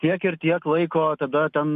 tiek ir tiek laiko tada ten